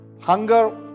Hunger